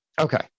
Okay